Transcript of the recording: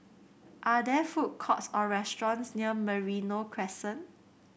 are there food courts or restaurants near Merino Crescent